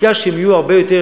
חקיקה שתהיה הרבה יותר